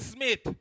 Smith